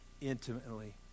intimately